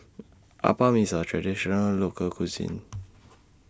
Appam IS A Traditional Local Cuisine